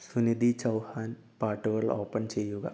സുനിധി ചൗഹാൻ പാട്ടുകള് ഓപ്പൺ ചെയ്യുക